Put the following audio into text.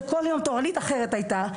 שכל יום תורנית אחרת היתה,